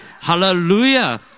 Hallelujah